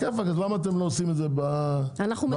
למה אתם לא עושים את זה בחלב?